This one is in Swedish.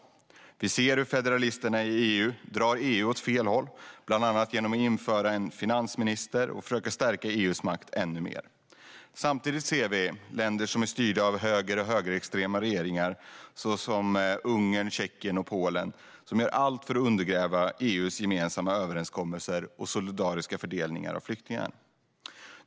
Vi ser hur federalisterna i EU drar EU åt fel håll, bland annat genom att införa en finansminister och försöka stärka EU:s makt ännu mer. Samtidigt ser vi att länder som styrs av högerregeringar och högerextrema regeringar, såsom Ungern, Tjeckien och Polen, gör allt för att undergräva EU:s gemensamma överenskommelser om en solidarisk fördelning av flyktingar.